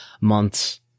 months